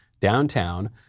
downtown